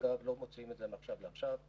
אגב, לא מוציאים צו מעכשיו לעכשיו.